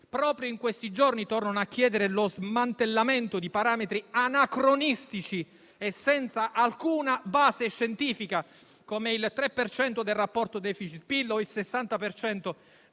proprio in questi giorni tornano a chiedere lo smantellamento di parametri anacronistici e senza alcuna base scientifica, come il 3 per cento del rapporto *deficit*-PIL o il 60